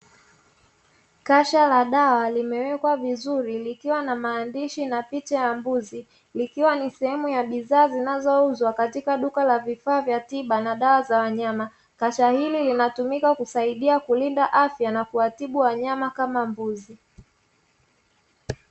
Kasha la dawa limeweka vizuri likiwa na maandishi na picha ya mbuzi, likiwa ni sehemu ya bidhaa zinazouzwa katika duka la vifaa vya tiba na dawa za wanyama. Kasha hili linatumika kusaidia kulinda afya na kuwatibu wanyama kama mbuzi.